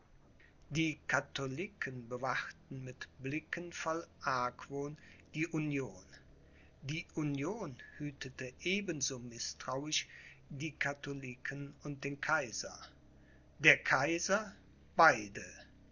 die katholiken bewachten mit blicken voll argwohn die union die union hütete eben so mißtrauisch die katholiken und den kaiser der kaiser beide